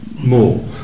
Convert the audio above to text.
more